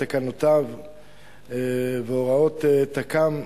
תקנותיו והוראות תכ"ם,